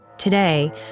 Today